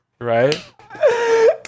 right